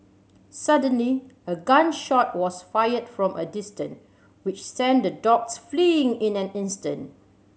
suddenly a gun shot was fired from a distant which sent the dogs fleeing in an instant